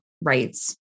rights